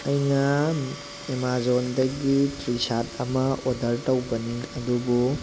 ꯑꯩꯅ ꯑꯦꯃꯥꯖꯣꯟꯗꯒꯤ ꯇ꯭ꯔꯤ ꯁꯥꯔꯠ ꯑꯃ ꯑꯣꯔꯗꯔ ꯇꯧꯕꯅꯤ ꯑꯗꯨꯕꯨ